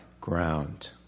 ground